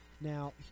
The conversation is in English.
Now